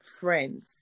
friends